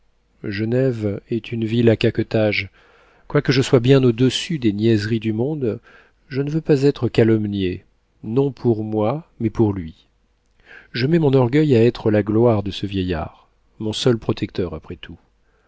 genève est une ville à caquetages quoique je sois bien au-dessus des niaiseries du monde je ne veux pas être calomniée non pour moi mais pour lui je mets mon orgueil à être la gloire de ce vieillard mon seul protecteur après tout